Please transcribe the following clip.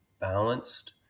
balanced